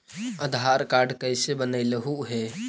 आधार card कईसे बनैलहु हे?